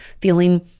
feeling